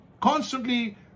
constantly